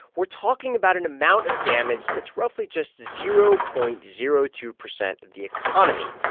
we're talking about an amount of damage that's roughly just zero point zero two percent of the economy.